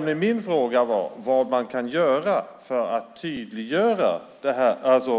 Min fråga var vad man kan göra för att tydliggöra